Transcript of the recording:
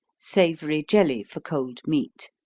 savory jelly for cold meat.